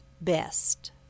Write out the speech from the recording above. best